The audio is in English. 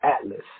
atlas